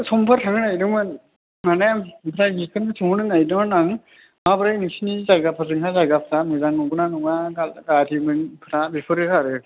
समफोर थांनो नागिरदोंमोन माने ओमफ्राय बेखौनो सोंहरनो नागिरदोंमोन आं माब्रै नोंसिनि जायगाफोरजों हाय जायगाफ्रा मोजां नंगौ ना नङा गारि मोन बेफोरो आरो